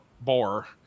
bore